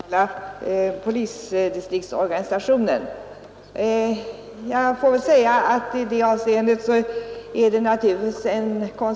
Herr talman! Herr Ernulf och herr Westberg i Ljusdal har inte kunnat ansluta sig till utskottets uttalande under denna punkt i dess helhet under åberopande av ett tidigare ståndpunktstagande i fråga om den lokala polisdistriktsorganisationen.